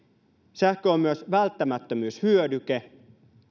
sähkö on myös välttämättömyyshyödyke